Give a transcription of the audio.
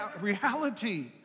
reality